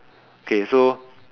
okay so